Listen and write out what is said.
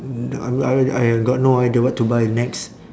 n~ I got uh I got no idea what to buy next